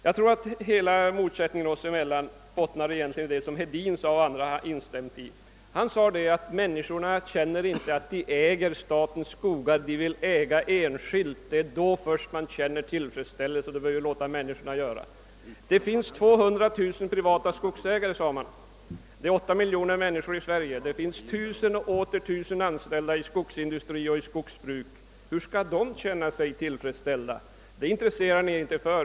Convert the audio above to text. Jag tror att motsättningen oss emellan egentligen bottnar i det som herr Hedin sade med instämmande av andra, nämligen att människorna inte känner att de äger statens skogar och att de känner tillfredsställelse först när de äger enskild skog. Det finns 200 000 privata skogsägare, det bor 8 miljoner människor i Sverige, och det finns tusen och åter tusen anställda i skogsindustrin och i skogsbruket. Hur skall alla dessa kunna känna sig tillfredsställda? Det intresserar ni er inte för.